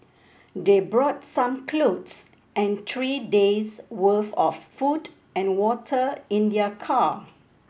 they brought some clothes and three days' worth of food and water in their car